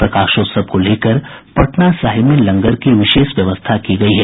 प्रकाशोत्सव को लेकर पटना साहिब में लंगर की विशेष व्यवस्था की गयी है